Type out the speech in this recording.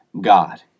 God